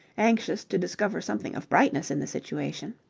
anxious to discover something of brightness in the situation.